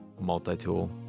multi-tool